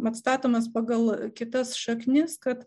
atstatomas pagal kitas šaknis kad